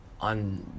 on